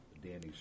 Danny's